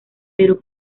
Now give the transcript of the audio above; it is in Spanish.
pero